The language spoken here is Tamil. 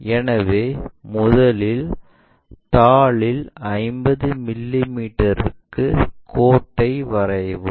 எனவே முதலில் தாளில் 50 மிமீ க்கு கோட்டை வரையவும்